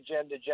agenda